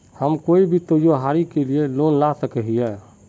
हम कोई भी त्योहारी के लिए लोन ला सके हिये?